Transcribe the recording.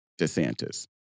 DeSantis